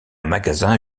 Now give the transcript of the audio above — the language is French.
magasin